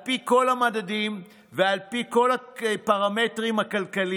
ועל פי כל המדדים ועל פי כל הפרמטרים הכלכליים,